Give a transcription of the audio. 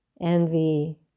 envy